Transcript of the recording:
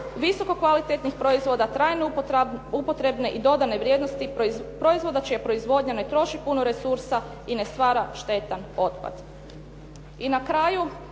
visoko kvalitetnih proizvoda trajno upotrebne i dodane vrijednosti proizvoda čija proizvodnja ne troši puno resursa i ne stvara štetan otpad.